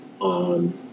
on